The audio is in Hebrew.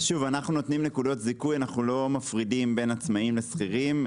אנחנו נותנים נקודות זיכוי ואנחנו לא מפרידים בין עצמאים לשכירים.